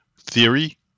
theory